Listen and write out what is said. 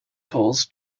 calls